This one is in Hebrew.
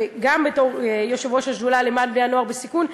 גם בתור יושבת-ראש השדולה למען בני-הנוער בסיכון,